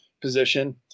position